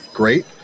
Great